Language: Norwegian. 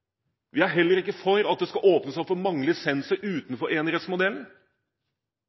Vi er heller ikke for at det skal åpnes opp for mange lisenser utenfor